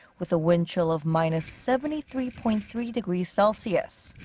with a wind chill of minus seventy three point three degrees celsius.